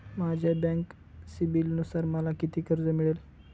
माझ्या बँक सिबिलनुसार मला किती कर्ज मिळेल?